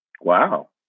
Wow